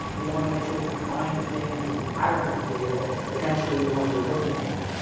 we wanna make sure we can find the things and patterns of data that potentially we wanna be looking for.